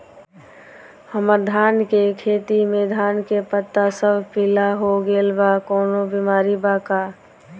हमर धान के खेती में धान के पता सब पीला हो गेल बा कवनों बिमारी बा का?